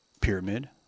pyramid